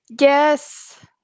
Yes